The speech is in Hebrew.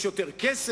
יש יותר כסף?